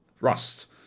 Rust